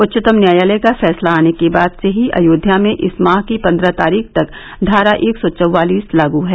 उच्चतम न्यायालय का फैसला आने के बाद से ही अयोध्या में इस माह की पंद्रह तारीख तक धारा एक सौ चौवालीस लागू है